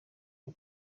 iyo